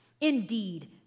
Indeed